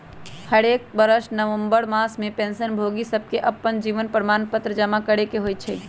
हरेक बरस नवंबर मास में पेंशन भोगि सभके अप्पन जीवन प्रमाण पत्र जमा करेके होइ छइ